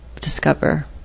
discover